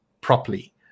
properly